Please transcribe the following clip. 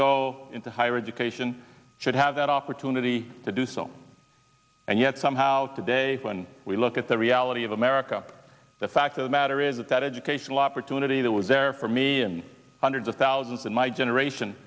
go into higher education should have that opportunity to do so and yet somehow today when we look at the reality of america the fact of the matter is that that educational opportunity that was there for me and hundreds of thousands in my generation